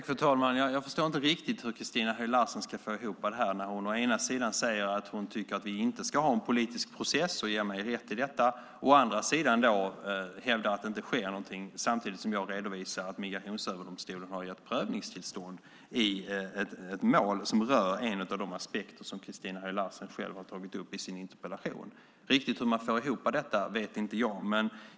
Fru talman! Jag förstår inte riktigt hur Christina Höj Larsen ska få ihop detta när hon å ena sidan säger att hon tycker att vi inte ska ha en politisk process och ger mig rätt i detta, och när hon å andra sidan hävdar att det inte sker någonting samtidigt som jag redovisar att Migrationsöverdomstolen har gett prövningstillstånd i ett mål som rör en av de aspekter som Christina Höj Larsen själv har tagit upp i sin interpellation. Jag vet inte riktigt hur man får ihop detta.